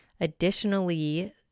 Additionally